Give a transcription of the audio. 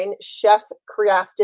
chef-crafted